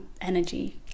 energy